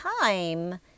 time